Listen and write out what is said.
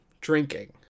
drinking